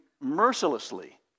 mercilessly